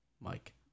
Mike